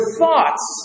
thoughts